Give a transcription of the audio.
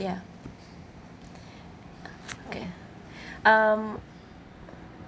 ya okay um